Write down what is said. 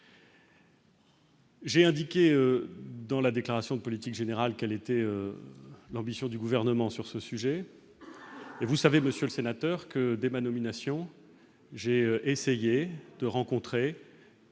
J'ai indiqué dans la déclaration de politique générale, quelle était l'ambition du gouvernement sur ce sujet, vous savez Monsieur le Sénateur que dès ma nomination, j'ai essayé de rencontrer